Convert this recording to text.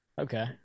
okay